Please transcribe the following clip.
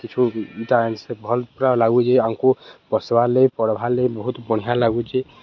କିଛୁ ସେ ଭଲ୍ ପୁରା ଲାଗୁଚି ଆମ୍କୁ ବସବାର୍ ଲାଗ ପଢ଼ବାର୍ ଲାଗ ବହୁତ ବଢ଼ିଆ ଲାଗୁଚି